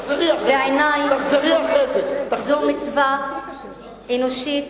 בעיני זו מצווה אנושית,